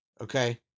Okay